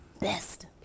best